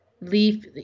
leave